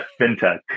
fintech